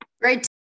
Great